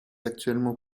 actuellement